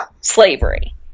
slavery